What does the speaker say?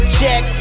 check